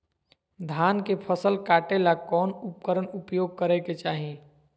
धान के फसल काटे ला कौन उपकरण उपयोग करे के चाही?